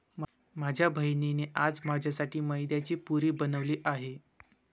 माझ्या बहिणीने आज माझ्यासाठी मैद्याची पुरी बनवली आहे